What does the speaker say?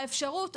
האפשרות